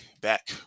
back